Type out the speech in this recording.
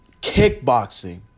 kickboxing